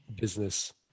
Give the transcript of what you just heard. business